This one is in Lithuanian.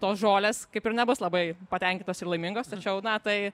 tos žolės kaip ir nebus labai patenkintos ir laimingos tačiau na tai